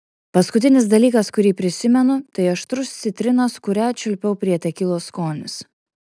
paskutinis dalykas kurį prisimenu tai aštrus citrinos kurią čiulpiau prie tekilos skonis